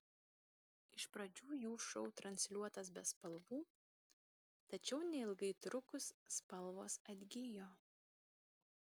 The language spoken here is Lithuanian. iš pradžių jų šou transliuotas be spalvų tačiau neilgai trukus spalvos atgijo